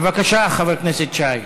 בבקשה, חבר הכנסת שי.